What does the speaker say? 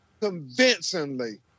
convincingly